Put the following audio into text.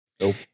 Nope